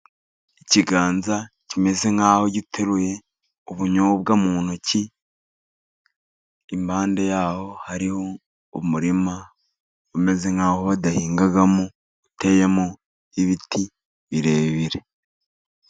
Ikiganza kimeze nk'aho giteruye ubunyobwa mu ntoki. Impande yaho hariho umurima umeze nk'aho badahingamo, uteyemo ibiti birebire.